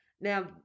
Now